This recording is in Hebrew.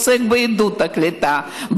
הוא עוסק בעידוד הקליטה,